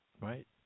right